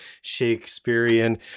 Shakespearean